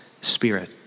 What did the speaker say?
spirit